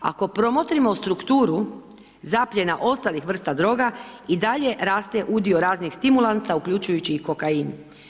Ako promotrimo strukturu zapiljena ostalih vrsta droga i dalje raste udio raznih stimulansa uključujući i kokain.